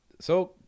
So-